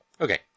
Okay